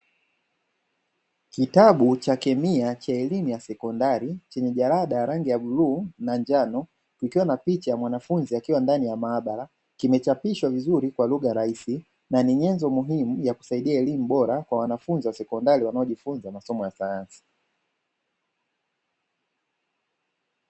Kitabu cha kemia cha elimu ya sekondari chenye jalada la rangi ya buluu na njano, ikiwa na picha ya mwanafunzi akiwa ndani ya maabara kimechapishwa vizuri kwa lugha rahisi na ni nyenzo muhimu ya kusaidia elimu bora kwa wanafunzi wa sekondari wanaojifunza masomo ya sayansi.